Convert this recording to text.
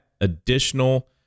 additional